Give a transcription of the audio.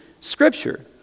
Scripture